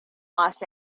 los